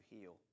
heal